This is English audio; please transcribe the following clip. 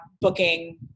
booking